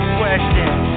questions